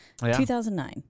2009